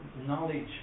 knowledge